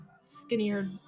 skinnier